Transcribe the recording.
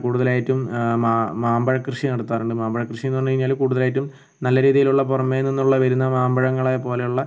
കൂടുതലായിട്ടും മാ മാമ്പഴ കൃഷി നടത്താറുണ്ട് മാമ്പഴ കൃഷി എന്ന് പറഞ്ഞ് കഴിഞ്ഞാൽ കൂടുതലായിട്ടും നല്ല രീതിയിലുള്ള പുറമെ നിന്നുള്ള വരുന്ന മാമ്പഴങ്ങളെ പോലെയുള്ള